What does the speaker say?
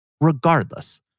regardless